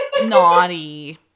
naughty